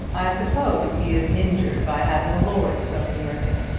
i suppose he is injured by having a lord so near him.